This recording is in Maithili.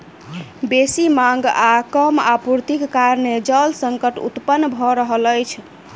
बेसी मांग आ कम आपूर्तिक कारणेँ जल संकट उत्पन्न भ रहल अछि